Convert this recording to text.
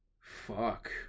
Fuck